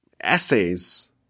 essays